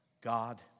God